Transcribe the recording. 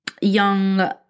Young